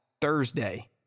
Thursday